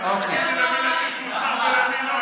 למי להטיף מוסר ולמי לא,